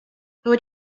would